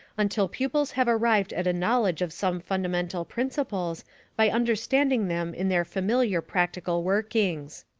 until pupils have arrived at a knowledge of some fundamental principles by understanding them in their familiar practical workings.